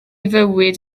fywyd